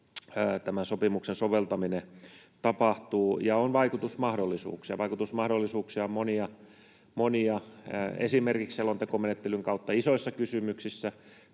tämä sopimuksen soveltaminen käytännössä tapahtuu, ja on vaikutusmahdollisuuksia. Vaikutusmahdollisuuksia on monia, esimerkiksi selontekomenettelyn kautta isoissa kysymyksissä